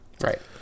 Right